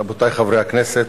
רבותי חברי הכנסת,